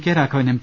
K Raghavan M